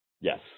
Yes